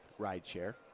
rideshare